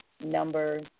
number